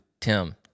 Tim